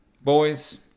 boys